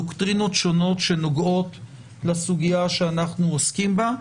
דוקטרינות שונות שנוגעת לסוגיה שאנחנו עוסקים בה,